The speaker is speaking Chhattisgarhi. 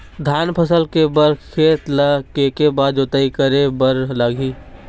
धान फसल के बर खेत ला के के बार जोताई करे बर लगही?